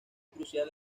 crucial